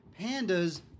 Pandas